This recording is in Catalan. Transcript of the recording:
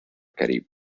carib